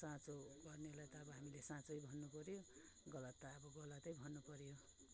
साँचो गर्नलाई त अब हामीले साँचै भन्नुपर्यो गलत त अब गलतै भन्नुपर्यो